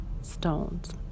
stones